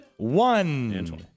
One